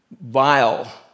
vile